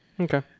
Okay